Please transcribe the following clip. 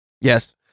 Yes